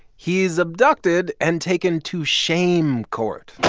he is abducted and taken to shame court